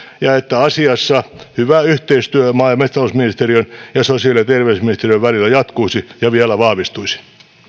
ja että asiassa hyvä yhteistyö maa ja metsätalousministeriön ja sosiaali ja terveysministeriön välillä jatkuisi ja vielä vahvistuisi